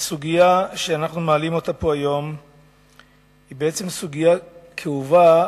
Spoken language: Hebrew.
הסוגיה שאנחנו מעלים היום היא סוגיה כאובה,